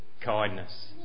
kindness